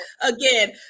Again